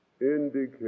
indicate